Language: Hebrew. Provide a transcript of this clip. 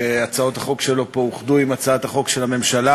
שהצעות החוק שלו אוחדו עם הצעת החוק של הממשלה.